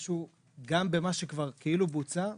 משהו גם במה שכבר כאילו בוצע,